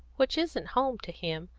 which isn't home to him,